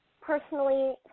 personally